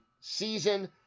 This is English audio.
season